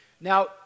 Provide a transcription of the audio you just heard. Now